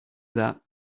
that